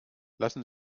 lassen